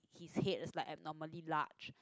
his head is like abnormally large